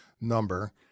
number